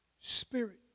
Spirit